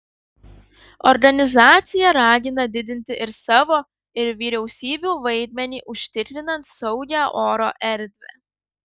organizacija ragina didinti ir savo ir vyriausybių vaidmenį užtikrinant saugią oro erdvę